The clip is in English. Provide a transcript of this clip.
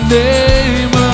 name